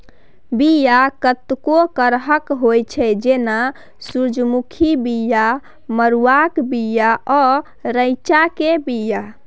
बीया कतेको करहक होइ छै जेना सुरजमुखीक बीया, मरुआक बीया आ रैंचा केर बीया